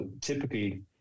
typically